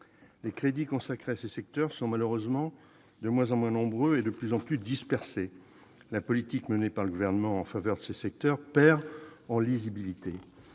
Les crédits consacrés à ces secteurs sont malheureusement de moins en moins importants et de plus en plus dispersés. La politique menée par le Gouvernement en faveur de ces secteurs perd en lisibilité.